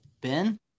Ben